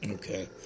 Okay